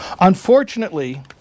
Unfortunately